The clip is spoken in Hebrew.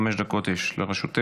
חמש דקות לרשותך,